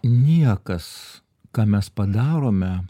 niekas ką mes padarome